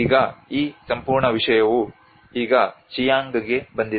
ಈಗ ಈ ಸಂಪೂರ್ಣ ವಿಷಯವು ಈಗ ಚಿಯಾಂಗ್ಗೆ ಬಂದಿದೆ